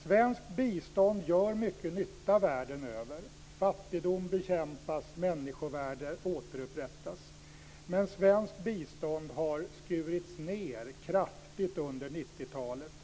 Svenskt bistånd gör mycket nytta världen över - fattigdom bekämpas och människovärdet återupprättas - men svenskt bistånd har kraftigt skurits ned under 90-talet.